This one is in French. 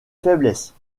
faiblesses